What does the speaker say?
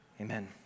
Amen